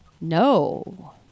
No